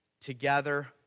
together